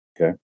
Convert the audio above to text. Okay